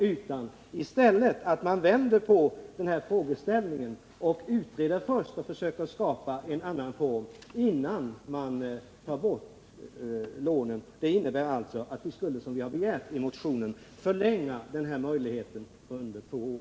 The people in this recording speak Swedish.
Vad vi begär är att man i stället skall vända på frågeställningen och utreda först och försöka skapa en annan form innan man tar bort lånen. Det innebär alltså att man, som vi har begärt i motionen, förlänger möjligheten till lånegarantier för arbetsmiljöförbättringar under två år.